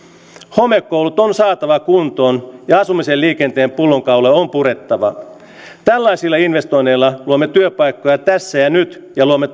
homekoulut on saatava kuntoon ja asumisen ja liikenteen pullonkauloja on purettava tällaisilla investoinneilla luomme työpaikkoja tässä ja nyt ja luomme